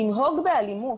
לנהוג באלימות